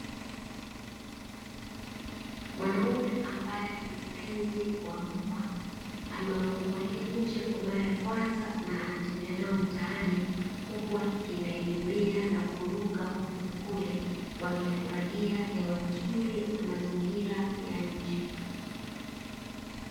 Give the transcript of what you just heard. Mwanaume ambaye ni mpenzi wa mbwa amewafungulia nje kwa mara ya kwanza na anatembea nao mtaani huku wakikimbia kimbia na kuruka huku na kule wakifurahia hewa nzuri na mazingira ya nje.